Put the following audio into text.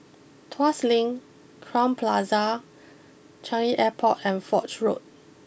Tuas Link Crowne Plaza Changi Airport and Foch Road